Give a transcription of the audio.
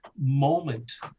moment